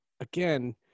Again